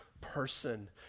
person